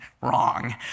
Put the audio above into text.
wrong